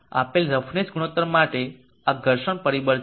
તેથી આપેલ રફનેસ ગુણોત્તર માટે આ ઘર્ષણ પરિબળ છે